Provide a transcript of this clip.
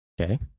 okay